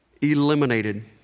eliminated